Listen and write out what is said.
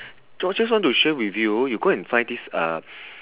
just want to share with you you go and find this uh